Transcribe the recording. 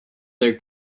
their